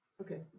okay